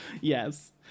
Yes